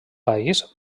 país